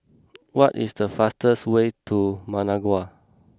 what is the fastest way to Managua